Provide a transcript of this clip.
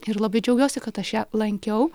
ir labai džiaugiuosi kad aš ją lankiau